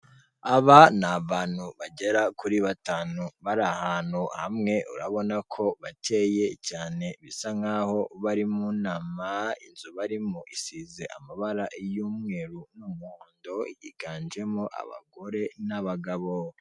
Aba ni abantu bagera kuri batanu bari ahantu hamwe, urabona ko bakeye cyane, bisa nk'aho bari mu nama, inzu barimo isize amabara y'umweru n'umuhondo, yiganjemo abagore n'abagabo.